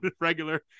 regular